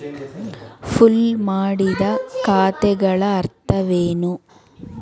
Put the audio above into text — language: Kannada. ಪೂಲ್ ಮಾಡಿದ ಖಾತೆಗಳ ಅರ್ಥವೇನು?